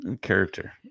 character